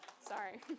Sorry